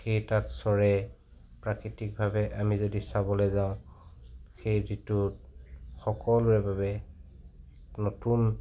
সেই তাত চৰে প্ৰাকৃতিকভাৱে আমি যদি চাবলৈ যাওঁ সেই ঋতুত সকলোৰে বাবে নতুন